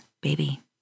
baby